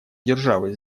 державы